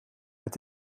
met